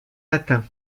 atteint